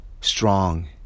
strong